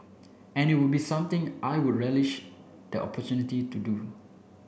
and it would be something I would relish the opportunity to do